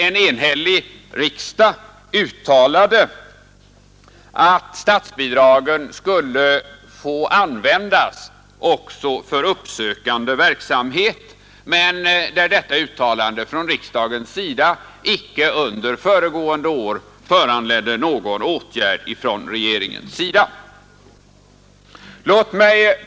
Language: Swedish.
En enhällig riksdag uttalade att statsbidragen skulle få användas också för uppsökande verksamhet, men detta uttalande av riksdagen föranledde icke någon åtgärd från regeringens sida under föregående år.